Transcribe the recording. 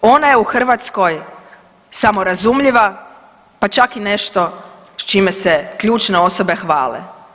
Ona je u Hrvatskoj samorazumljiva pa čak i nešto s čime se ključne osobe hvale.